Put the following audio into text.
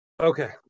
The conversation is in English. Okay